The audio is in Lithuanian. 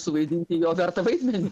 suvaidinti jo vertą vaidmenį